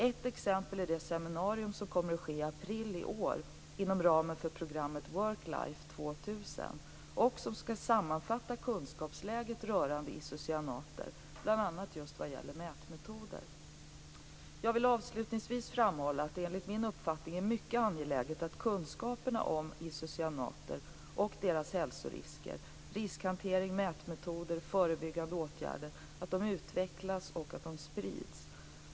Ett exempel är det seminarium som kommer att ske i april 1999 inom ramen för programmet Work Life 2000 och som skall sammanfatta kunskapsläget rörande isocyanater, bl.a. vad gäller mätmetoder. Jag vill avslutningsvis framhålla att det enligt min uppfattning är mycket angeläget att kunskaperna om isocyanater och deras hälsorisker, riskhantering, mätmetoder och förebyggande åtgärder utvecklas och sprids.